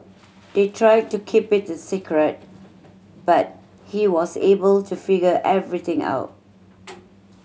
they tried to keep it a secret but he was able to figure everything out